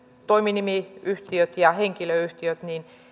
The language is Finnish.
toiminimiyhtiöt ja henkilöyhtiöt